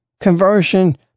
conversion